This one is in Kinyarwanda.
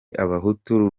abahutu